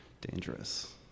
dangerous